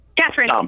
Catherine